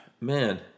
man